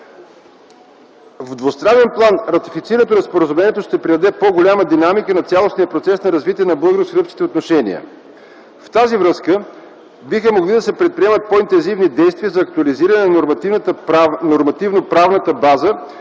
В двустранен план ратифицирането на Споразумението ще предаде по-голяма динамика на цялостния процес на развитие на българо-сръбските отношения. В тази връзка биха могли да се предприемат по-интензивни действия за актуализиране на нормативно-правната база